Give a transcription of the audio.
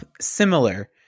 similar